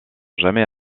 jamais